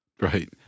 Right